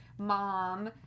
mom